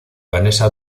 vanessa